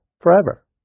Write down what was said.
forever